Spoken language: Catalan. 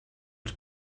els